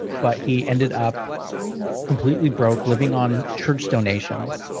but he ended up completely broke living on church donations,